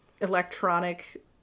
electronic